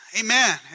Amen